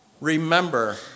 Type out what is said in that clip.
remember